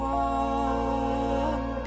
one